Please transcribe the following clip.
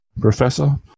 professor